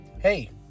Hey